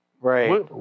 Right